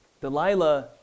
Delilah